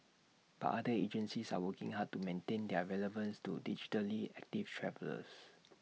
but other agencies are working hard to maintain their relevance to digitally active travellers